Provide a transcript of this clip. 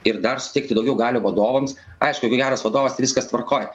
ir dar suteikti daugiau galių vadovams aišku jeigu geras vadovas tai viskas tvarkoj